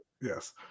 Yes